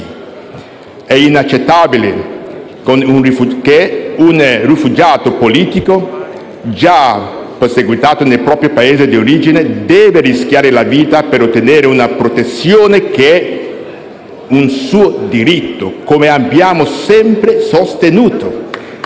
È inaccettabile che un rifugiato politico, già perseguitato nel proprio Paese d'origine, debba rischiare la vita per ottenere una protezione che è un suo diritto, come abbiamo sempre sostenuto.